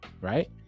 right